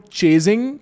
chasing